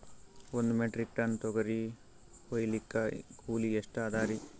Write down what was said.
ಒಂದ್ metric ton ತೊಗರಿ ಹೋಯಿಲಿಕ್ಕ ಕೂಲಿ ಎಷ್ಟ ಅದರೀ?